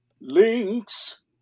links